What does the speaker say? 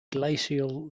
glacial